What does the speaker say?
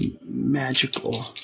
magical